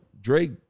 Drake